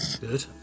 Good